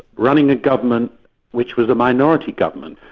running a government which was a minority government,